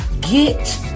get